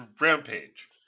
rampage